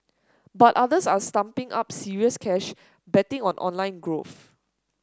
but others are stumping up serious cash betting on online growth